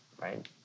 right